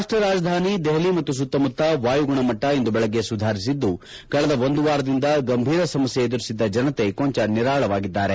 ರಾಷ್ಟ್ರ ರಾಜಧಾನಿ ದೆಹಲಿ ಮತ್ತು ಸುತ್ತಮುತ್ತ ವಾಯು ಗುಣಮಟ್ಸ ಇಂದು ಬೆಳಗ್ಗೆ ಸುಧಾರಿಸಿದ್ದು ಕಳೆದ ಒಂದು ವಾರದಿಂದ ಗಂಭೀರ ಸಮಸ್ನೆ ಎದುರಿಸಿದ್ದ ಜನತೆ ಕೊಂಚ ನಿರಾಳವಾಗಿದ್ದಾರೆ